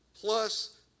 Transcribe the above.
plus